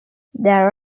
there